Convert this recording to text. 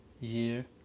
year